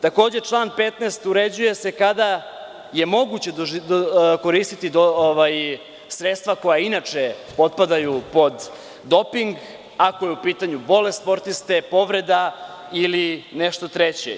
Takođe član 15. uređuje se kada je moguće koristiti sredstva koja inače potpadaju pod doping, ako je u pitanju bolest sportiste, povreda ili nešto treće.